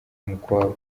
umukwabu